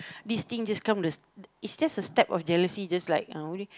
this thing just come the is just a step of jealousy just like uh what do you~